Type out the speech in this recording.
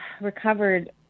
recovered